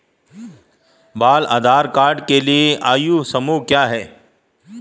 बाल आधार कार्ड के लिए आयु समूह क्या है?